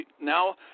now